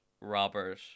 Robert